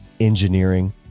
engineering